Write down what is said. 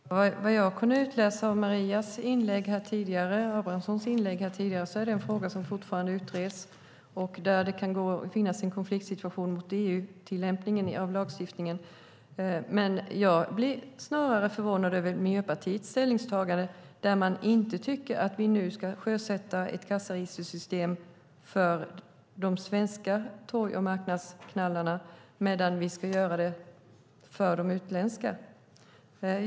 Herr talman! Vad jag kunde utläsa av Maria Abrahamssons inlägg tidigare var att det är en fråga som fortfarande utreds och där det kan finnas en konfliktsituation gentemot EU-tillämpningen av lagstiftningen. Jag blir snarare förvånad över Miljöpartiets ställningstagande, när man inte tycker att vi nu ska sjösätta ett kassaregistersystem för de svenska torg och marknadshandlarna men ska göra det för de utländska.